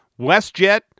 WestJet